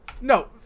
no